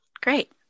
great